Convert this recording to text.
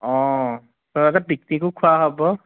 অঁ অঁ লগতে পিকনিকো খোৱা হ'ব